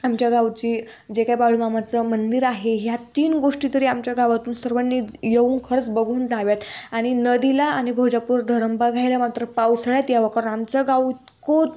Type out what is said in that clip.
आमच्या गावची जे काय बाळूमामाचं मंदिर आहे ह्या तीन गोष्टी जरी आमच्या गावातून सर्वांनी येऊन खरंच बघून जाव्यात आणि नदीला आणि भोजापूर धरण बघायला मात्र पावसाळ्यात यावं कारण आमचं गाव इतकं